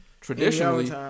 Traditionally